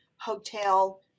hotel